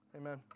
Amen